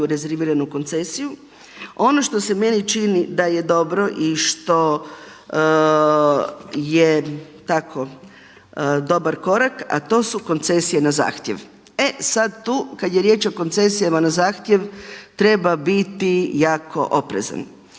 rezerviranu koncesiju. Ono što se meni čini da je dobro i što je tako dobar korak, a to su koncesije na zahtjev. E sad tu kad je riječ o koncesijama na zahtjev treba biti jako oprezan.